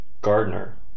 gardner